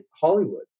Hollywood